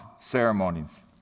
ceremonies